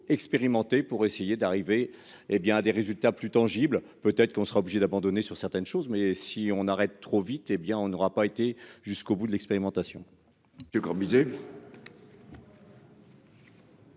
expérimenter pour essayer d'arriver hé bien à des résultats plus tangible, peut-être qu'on sera obligé d'abandonner sur certaines choses, mais si on arrête trop vite et bien, on n'aura pas été jusqu'au bout de l'expérimentation.